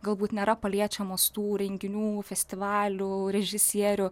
galbūt nėra paliečiamos tų renginių festivalių režisierių